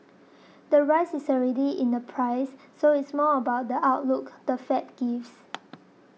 the rise is already in the price so it's more about the outlook the Fed gives